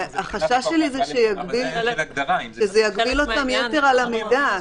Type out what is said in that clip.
החשש שלי הוא שזה יגביל אותם יתר על המידה.